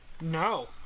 No